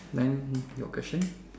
then your question